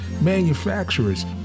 manufacturers